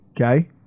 okay